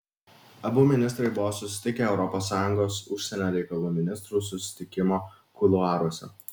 abu ministrai buvo susitikę europos sąjungos užsienio reikalų ministrų susitikimo kuluaruose